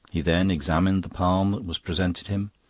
he then examined the palm that was presented him,